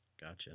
Gotcha